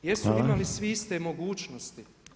Jesu li imali svi iste mogućnosti?